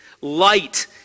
Light